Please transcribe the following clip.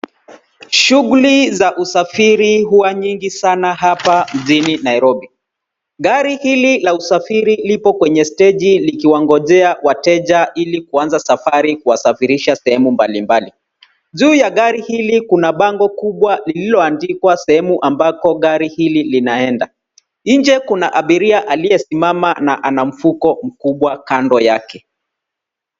Shughuli za usafiri huwa nyingi sana hapa mjini Nairobi . Gari hili la usafiri lipo steji likiwangojea wateja ili kuanza safari kuwasafirisha sehemu mbalimbali .Juu ya gari hili kuna bango liloandikwa sehemu ambako gari hili linaenda. Nje kuna abiria aliyesimama na ana mfuko mkubwa kando yake.